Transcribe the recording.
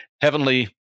heavenly